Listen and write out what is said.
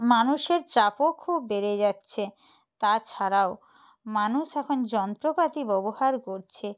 মানুষের চাপও খুব বেড়ে যাচ্ছে তাছাড়াও মানুষ এখন যন্ত্রপাতি ব্যবহার করছে